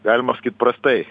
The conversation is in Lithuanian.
galima sakyt prastai